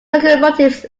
locomotive